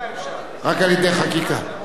רק על-ידי חקיקה.